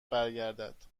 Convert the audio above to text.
برگردد